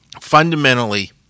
fundamentally